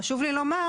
חשוב לי לומר,